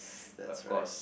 that's right